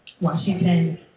Washington